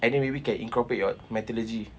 and then maybe can incorporate your methodology